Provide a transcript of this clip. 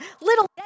little